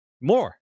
More